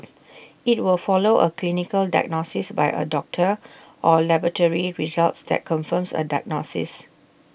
IT will follow A clinical diagnosis by A doctor or laboratory results that confirm A diagnosis